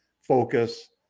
focus